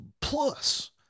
plus